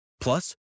Plus